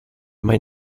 may